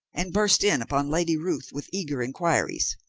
and burst in upon lady ruth with eager inquiries.